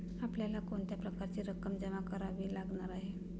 आपल्याला कोणत्या प्रकारची रक्कम जमा करावी लागणार आहे?